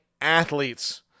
athletes